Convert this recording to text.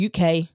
UK